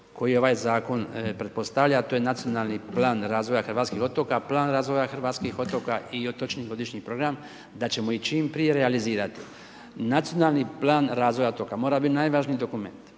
koje ovaj Zakon pretpostavlja, to je Nacionalni plan razvoja hrvatskih otoka, Plan razvoja hrvatskih otoka i Otočni godišnji program, da ćemo ih čim prije realizirati. Nacionalni plan razvoja otoka mora biti najvažniji dokument